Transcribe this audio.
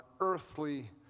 earthly